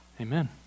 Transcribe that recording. Amen